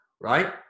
right